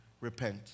repent